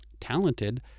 talented